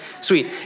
Sweet